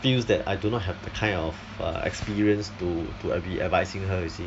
feels that I do not have the kind of uh experience to to ad~ be advising her you see